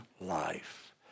life